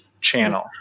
channel